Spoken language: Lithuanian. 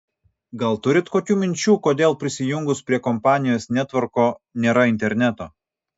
gal turit kokių minčių kodėl prisijungus prie kompanijos netvorko nėra interneto